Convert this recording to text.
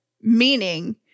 meaning